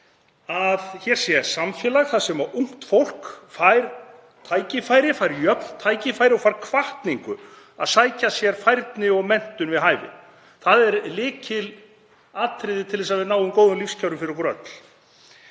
að hér sé samfélag þar sem ungt fólk fær jöfn tækifæri og hvatningu til að sækja sér færni og menntun við hæfi. Það er lykilatriði til þess að við náum góðum lífskjörum fyrir okkur öll.